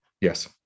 Yes